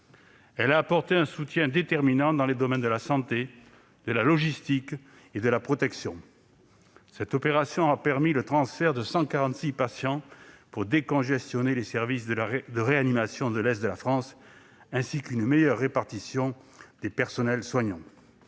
elle a apporté un soutien déterminant dans les domaines de la santé, de la logistique et de la protection. Elle a permis le transfert de 146 patients pour décongestionner les services de réanimation de l'est de la France, ainsi qu'une meilleure répartition des personnels soignants.